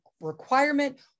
requirement